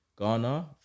Ghana